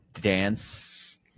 dance